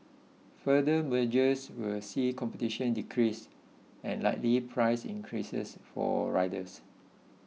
further mergers will see competition decrease and likely price increases for riders